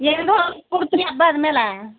ಏನು ಪೂರ್ತಿ ಹಬ್ಬ ಆದಮೇಲಾ